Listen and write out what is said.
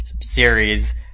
series